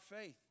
faith